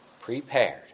prepared